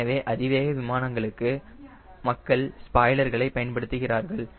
எனவே அதிவேக விமானங்களுக்கு மக்கள் ஸ்பாய்லர்களை பயன்படுத்துகிறார்கள்